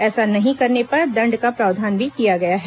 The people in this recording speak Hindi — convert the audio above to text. ऐसा नहीं करने पर दंड का प्रावधान भी किया गया है